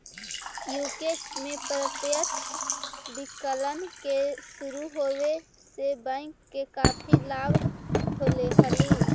UK में प्रत्यक्ष विकलन के शुरू होवे से बैंक के काफी लाभ होले हलइ